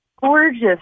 gorgeous